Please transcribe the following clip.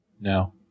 No